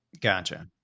Gotcha